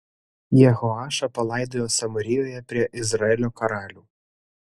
jehoašą palaidojo samarijoje prie izraelio karalių